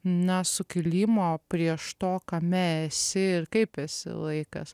na sukilimo prieš to kame esi ir kaip esi laikas